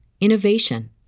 innovation